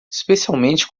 especialmente